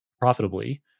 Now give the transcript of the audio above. profitably